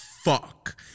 Fuck